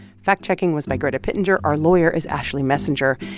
fact-checking was my greta pittenger. our lawyer is ashley messenger.